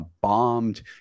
bombed